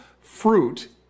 fruit